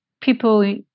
People